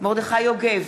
מרדכי יוגב,